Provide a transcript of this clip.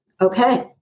Okay